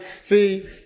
see